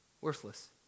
worthless